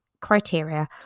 criteria